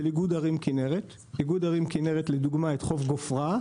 של איגוד ערים כנרת את חוף גופרה,